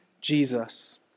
Jesus